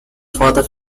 further